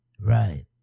Right